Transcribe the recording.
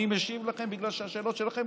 אני משיב לכם בגלל שהשאלות שלכם,